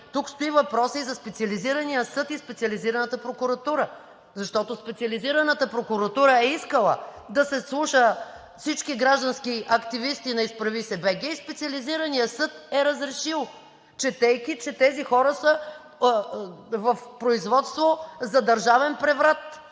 Тук стои въпросът и за Специализирания съд и Специализираната прокуратура, защото Специализираната прокуратура е искала да се слушат всички граждански активисти на „Изправи се. БГ!“ и Специализираният съд е разрешил, четейки, че тези хора са в производство за държавен преврат